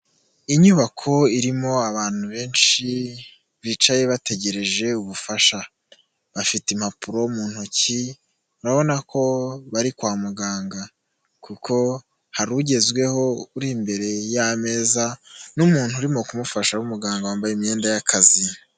Inyubako irimo abantu benshi bicaye bategereje ubufasha bafite impapuro mu ntoki urabona ko bari kwa muganga kuko hari ugezweho uri imbere y'ameza n'umuntu urimo kumufasha w'umuganga wambaye imyenda y'akazi.